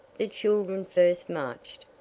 the children first marched,